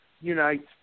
unites